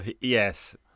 Yes